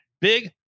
big